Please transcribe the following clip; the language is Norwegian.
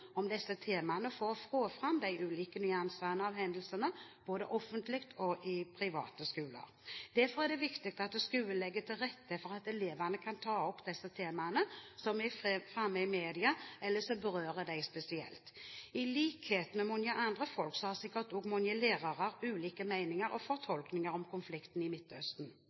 om disse temaene for å få fram ulike nyanser av hendelsene både i offentlige og private skoler. Derfor er det viktig at skolen legger til rette for at elevene kan ta opp de temaene som er framme i media, eller som berører dem spesielt. I likhet med mange andre folk har sikkert også mange lærere ulike meninger om og fortolkninger av konflikten i Midtøsten.